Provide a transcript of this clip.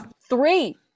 three